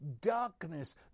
darkness